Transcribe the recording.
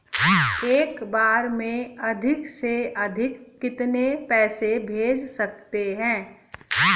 एक बार में अधिक से अधिक कितने पैसे भेज सकते हैं?